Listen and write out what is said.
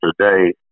today